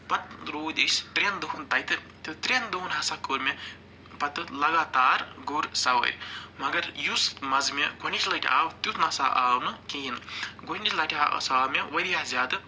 پتہٕ روٗدۍ أسۍ ترٛٮ۪ن دۄہَن تَتہِ تہٕ ترٛٮ۪ن دۄہَن ہسا کوٚر مےٚ پتہٕ لگاتار گُر سَوٲرۍ مگر یُس مَزٕ مےٚ گۄڈٕنِچ لَٹہِ آو تیُتھ نہ سا آو نہٕ کِہیٖنۍ دۄیمہِ لَٹہِ ہسا آو مےٚ واریاہ زیادٕ